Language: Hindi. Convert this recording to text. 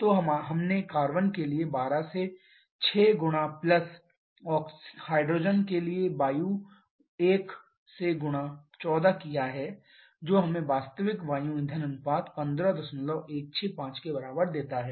तो हमने कार्बन के लिए 12 से 6 गुणा प्लस हाइड्रोजन के लिए वायु 1 से गुणा 14 किया है जो हमें वास्तविक वायु ईंधन अनुपात 15165 के बराबर देता है